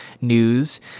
news